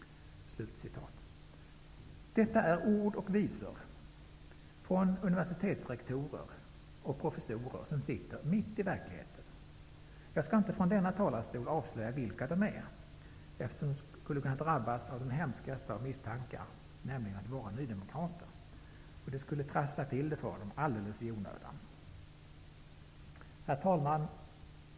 Detta är ord och inga visor från universitetsrektorer och professorer som sitter mitt i verkligheten. Jag skall inte från denna talarstol avslöja vilka de är, eftersom de skulle kunna drabbas av den hemskaste av misstankar, nämligen att vara nydemokrater. Det skulle trassla till det för dem alldeles i onödan. Herr talman!